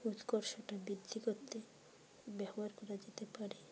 উৎকর্ষতা বৃদ্ধি করতে ব্যবহার করা যেতে পারে